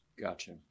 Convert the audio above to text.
Gotcha